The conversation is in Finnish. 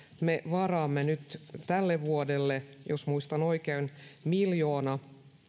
me varaamme nyt tälle vuodelle jos muistan oikein miljoonan